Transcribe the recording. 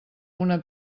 una